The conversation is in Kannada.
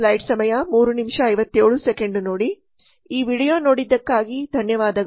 ಈ ವೀಡಿಯೊ ನೋಡಿದ್ದಕ್ಕಾಗಿ ಧನ್ಯವಾದಗಳು